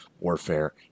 warfare